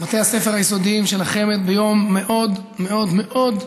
מבתי הספר היסודיים של חמ"ד ביום מאוד מאוד מאוד,